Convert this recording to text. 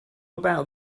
about